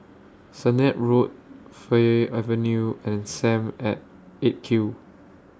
Sennett Road Fir Avenue and SAM At eight Q